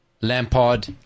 Lampard